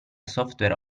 software